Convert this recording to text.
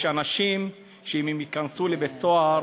יש אנשים שאם הם ייכנסו לבית-סוהר